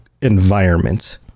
environment